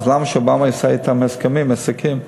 ואז למה שאובמה יעשה אתם הסכמים, עסקים?